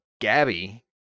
Gabby